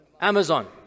Amazon